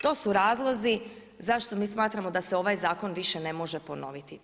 To su razlozi zašto mi smatramo da se ovaj zakon više ne može ponoviti.